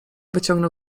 wyciągnął